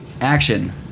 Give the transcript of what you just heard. Action